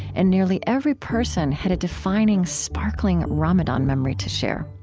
and nearly every person had a defining, sparkling ramadan memory to share.